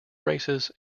races